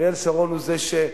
אריאל שרון הוא זה שהחל,